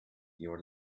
your